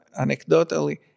anecdotally